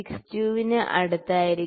62 ന് അടുത്തായിരിക്കും